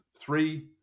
three